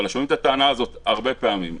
אבל שומעים את הטענה הזאת הרבה פעמים.